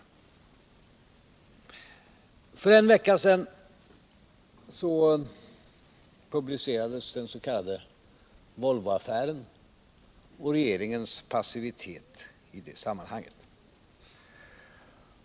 Den första synpunkten: För en vecka sedan publicerades den s.k. Volvoaffären och regeringens passivitet i det sammanhanget.